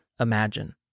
Imagine